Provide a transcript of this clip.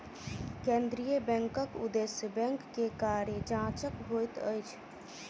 केंद्रीय बैंकक उदेश्य बैंक के कार्य जांचक होइत अछि